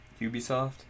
Ubisoft